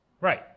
Right